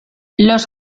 los